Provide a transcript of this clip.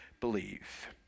believe